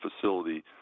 facility